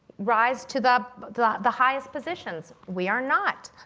rise to the but the highest positions? we are not.